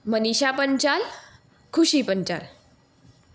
Manisha Panchal Khushi Panchal